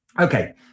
Okay